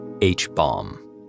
H-bomb